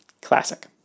Classic